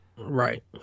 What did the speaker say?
Right